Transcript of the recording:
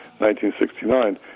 1969